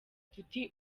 tuti